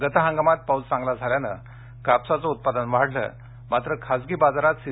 गत हंगामात पाऊस चांगला झाल्यानं कापसाचं उत्पादन वाढलं मात्र खासगी बाजारात सी